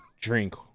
drink